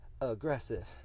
aggressive